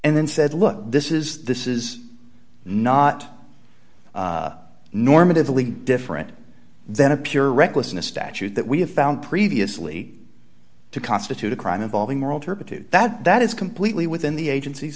and then said look this is this is not normatively different than a pure recklessness statute that we have found previously to constitute a crime involving moral turpitude that that is completely within the agenc